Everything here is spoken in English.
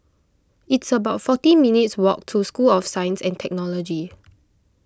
it's about forty minutes' walk to School of Science and Technology